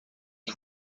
que